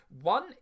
one